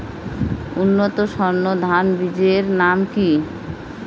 উন্নত সর্ন ধান বীজের নাম কি?